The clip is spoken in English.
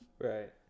Right